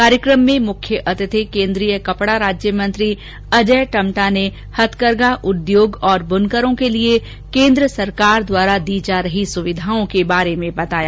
कार्यक्रम में मुख्यअतिथि केंद्रीय कपडा राज्य मंत्री अजय टम्टा ने हथकरघा उद्योग और बुनकरों के लिए केंद्र सरकार द्वारा दी जा रही सुविधाओं के बारे में बताया